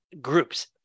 groups